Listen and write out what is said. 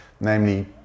Namely